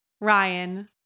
ryan